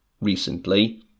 recently